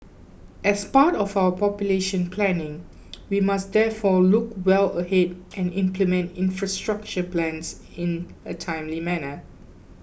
as part of our population planning we must therefore look well ahead and implement infrastructure plans in a timely manner